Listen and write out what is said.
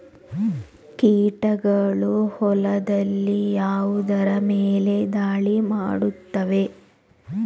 ಕೀಟಗಳು ಹೊಲದಲ್ಲಿ ಯಾವುದರ ಮೇಲೆ ಧಾಳಿ ಮಾಡುತ್ತವೆ?